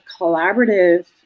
collaborative